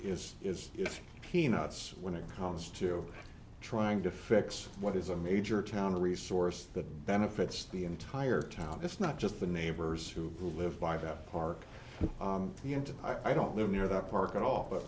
is it peanuts when it comes to trying to fix what is a major town resource that benefits the entire town it's not just the neighbors who will live by that park but the and i don't live near that park at all but